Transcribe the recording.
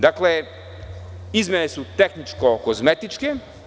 Dakle, izmene su tehničko kozmetičke.